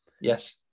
Yes